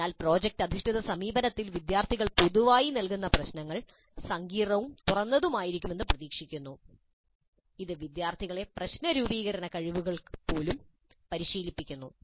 അതിനാൽ പ്രോജക്റ്റ് അധിഷ്ഠിത സമീപനത്തിൽ വിദ്യാർത്ഥികൾക്ക് പൊതുവായി നൽകുന്ന പ്രശ്നങ്ങൾ സങ്കീർണ്ണവും തുറന്നതുമായിരിക്കുമെന്ന് പ്രതീക്ഷിക്കുന്നു ഇത് വിദ്യാർത്ഥികളെ പ്രശ്നരൂപീകരണ കഴിവുകൾ പോലും പരിശീലിപ്പിക്കുന്നു